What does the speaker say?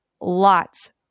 Lots